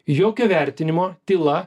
jokio vertinimo tyla